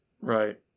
right